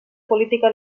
política